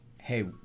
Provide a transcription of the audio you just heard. Hey